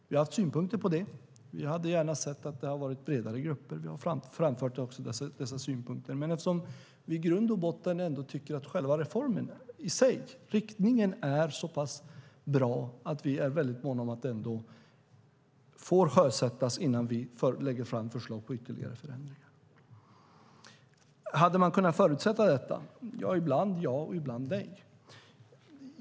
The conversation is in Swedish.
Vi har haft synpunkter på detta; vi hade gärna sett att det hade varit bredare grupper. Vi har också framfört dessa synpunkter, men eftersom vi i grund och botten ändå tycker att själva reformen i sig - riktningen - är så pass bra är vi väldigt måna om att detta ändå får sjösättas innan vi lägger fram förslag till ytterligare förändringar. Hade man kunnat förutsätta detta? Ibland ja och ibland nej.